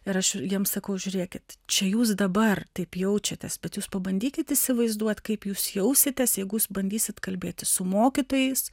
ir aš jiems sakau žiūrėkit čia jūs dabar taip jaučiatės bet jūs pabandykit įsivaizduot kaip jūs jausitės jeigu jūs bandysit kalbėti su mokytojais